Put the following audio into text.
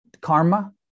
karma